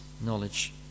knowledge